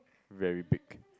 very big